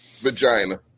vagina